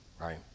right